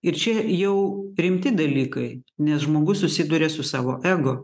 ir čia jau rimti dalykai nes žmogus susiduria su savo ego